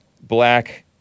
black